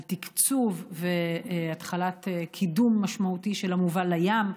של תקצוב והתחלת קידום משמעותי של "מובל לים",